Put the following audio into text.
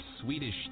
Swedish